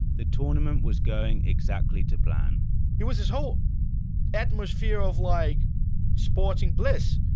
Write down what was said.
the tournament was going exactly to plan it was this whole atmosphere of like sporting bliss.